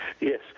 Yes